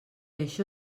això